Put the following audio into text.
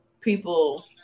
people